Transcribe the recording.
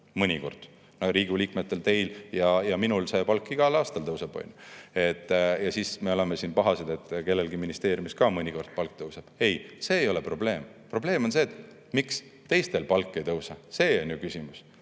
Mõnikord. Riigikogu liikmetel, teil ja minul, tõuseb palk igal aastal. Ja siis me oleme pahased, et kellelgi ministeeriumis ka mõnikord palk tõuseb. Ei, see ei ole probleem. Probleem on see, miks teistel palk ei tõuse. See on ju küsimus.